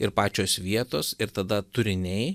ir pačios vietos ir tada turiniai